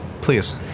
Please